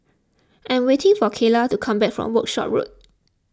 I am waiting for Kyla to come back from Workshop Road